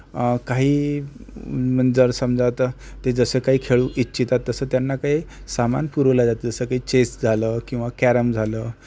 काही मं जर समजा आता ते जसं काही खेळू इच्छितात तसं त्यांना काही सामान पुरवलं जातं जसं की चेस झालं किंवा कॅरम झालं